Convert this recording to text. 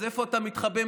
אז איפה אתה מתחבא?